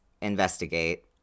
investigate